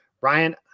Ryan